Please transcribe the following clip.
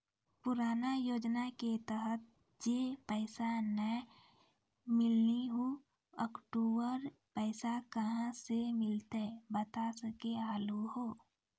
पुराना योजना के तहत जे पैसा नै मिलनी ऊ अक्टूबर पैसा कहां से मिलते बता सके आलू हो?